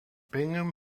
bingham